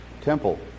temple